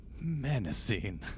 Menacing